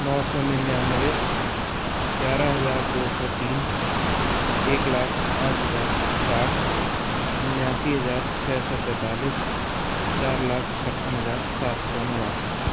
नौ सौ निन्यानवे ग्यारह हज़ार दो सौ तीन एक लाख पाँच हज़ार साठ उन्यासी हज़ार छ सौ पैंतालीस चार लाख छप्पन हज़ार सात सौ नवासी